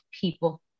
people